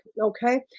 okay